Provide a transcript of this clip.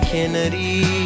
Kennedy